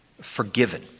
forgiven